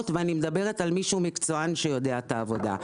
ואני מדברת על מישהו מקצוען שיודע את העבודה.